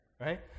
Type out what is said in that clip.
right